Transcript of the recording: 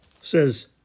Says